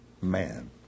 man